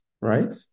right